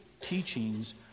teachings